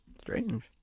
Strange